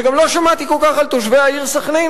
וגם לא שמעתי על תושבי העיר סח'נין